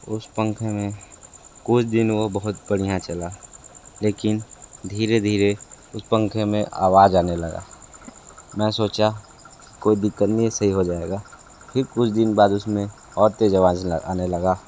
उस पंखे में कुछ दिन वो बहुत बढ़िया चला लेकिन धीरे धीरे उस पंखे में आवाज़ आने लगा मैं सोचा कोई दिक्कत नहीं है सही हो जाएगा फिर कुछ दिन बाद उसमें और तेज़ आवाज़ आने लगा